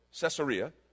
Caesarea